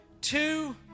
two